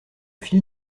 fil